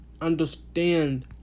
understand